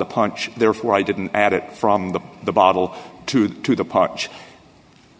the punch therefore i didn't add it from the the bottle to to the part which